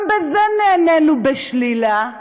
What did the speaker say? גם לזה נענינו בשלילה.